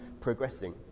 progressing